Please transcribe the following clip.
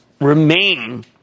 remain